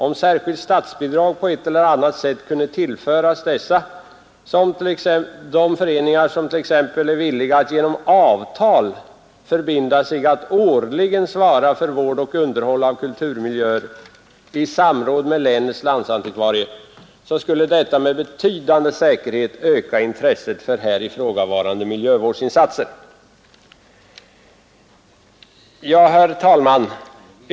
Om särskilt statsbidrag på ett eller annat sätt kunde tillföras föreningar, som t.ex. vore villiga att genom avtal förbinda sig att årligen svara för vård och underhåll av kulturmiljöer i samråd med länets landsantikvarie, så skulle detta med betydande säkerhet öka intresset för här ifrågavarande miljövårdsinsatser.” Herr talman!